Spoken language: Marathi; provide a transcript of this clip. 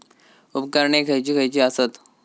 उपकरणे खैयची खैयची आसत?